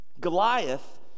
Goliath